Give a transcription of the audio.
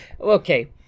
Okay